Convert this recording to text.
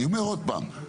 אני אומר עוד פעם,